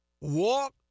Walk